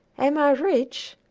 am i rich?